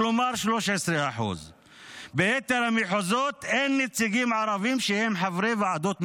כלומר 13%. ביתר המחוזות אין נציגים ערבים שהם חברי ועדות מחוזיות.